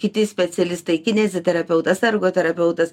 kiti specialistai kineziterapeutas ergo terapeutas